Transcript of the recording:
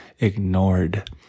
ignored